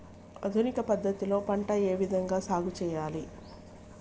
ఆధునిక పద్ధతి లో పంట ఏ విధంగా సాగు చేయాలి?